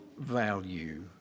value